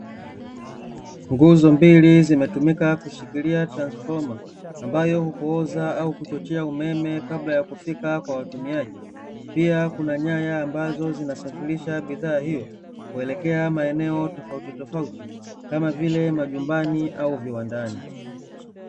Nguzo mbili zimetumika kushikilia transfoma, amabyo hupooza au kuchochea umeme kabla ya kufika kwa watumiaji, pia kuna nyaya ambazo zinasafirisha bidhaa hiyo kuelekea maeneo tofautitofauti kama vile majumbani na viwandani.